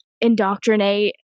indoctrinate